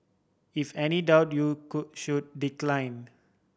if any doubt you could should decline